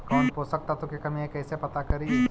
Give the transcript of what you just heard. कौन पोषक तत्ब के कमी है कैसे पता करि?